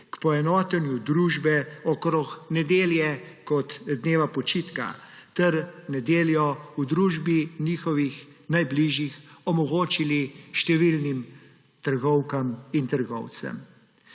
k poenotenju družbe glede nedelje kot dneva počitka ter nedeljo v družbi njihovih najbližjih omogočili številnim trgovkam in trgovcem.